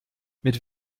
mit